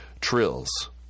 Trills